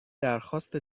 درخواست